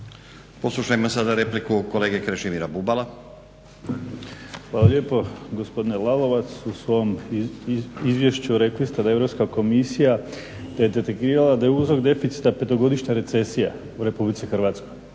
Poslušajmo sada repliku kolege Krešimira Bubala. **Bubalo, Krešimir (HDSSB)** Hvala lijepo. Gospodine Lalovac, u svom izvješću rekli ste da je Europska komisija, da je detektirala da je uzrok deficita petogodišnja recesija u Republici Hrvatskoj.